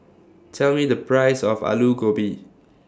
Tell Me The Price of Aloo Gobi